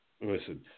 listen